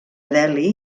delhi